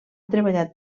treballat